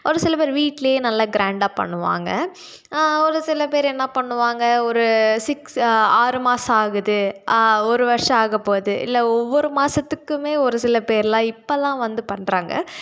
ஒரு சில பேர் வீட்டிலயே நல்லா க்ராண்டாக பண்ணுவாங்க ஒரு சில பே என்ன பண்ணுவாங்க ஒரு சிக்ஸ் ஆறு மாதம் ஆகுது ஒரு வருஷம் ஆகப்போது இல்லை ஒவ்வொரு மாதத்துக்குமே ஒரு சில பேர்லாம் இப்போல்லாம் வந்து பண்ணுறாங்க